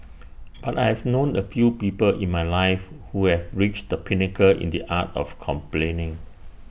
but I have known A few people in my life who have reached the pinnacle in the art of complaining